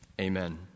Amen